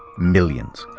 millions.